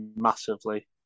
massively